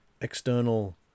external